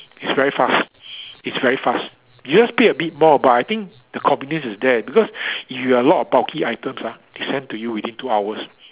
it's very fast it's very fast you just pay a bit more but I think the convenience is there because if you have lot of bulky items ah they send to you within two hours